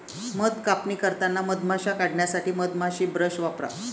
मध कापणी करताना मधमाश्या काढण्यासाठी मधमाशी ब्रश वापरा